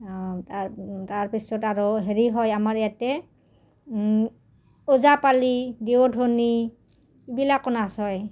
তাৰ তাৰ পিছত আৰু হেৰি হয় আমাৰ ইয়াতে ওজাপালি দেওধনি এইবিলাকো নাচ হয়